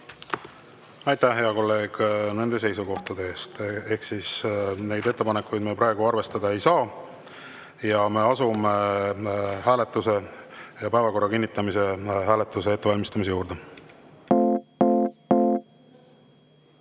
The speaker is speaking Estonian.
Aitäh, hea kolleeg, nende seisukohtade eest! Ehk neid ettepanekuid me praegu arvestada ei saa. Asume päevakorra kinnitamise hääletuse ettevalmistamise juurde.